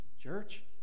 church